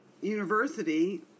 university